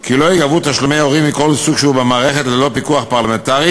כי לא ייגבו תשלומי הורים מכל סוג שהוא במערכת ללא פיקוח פרלמנטרי,